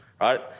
right